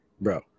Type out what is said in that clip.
bro